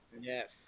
Yes